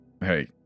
Hey